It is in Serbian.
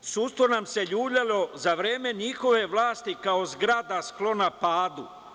Sudstvo nam se ljuljalo za vreme njihove vlasti kao zgrada sklona padu.